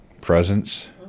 presence